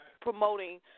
promoting